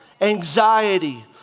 anxiety